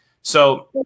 So-